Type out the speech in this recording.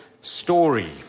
story